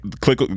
click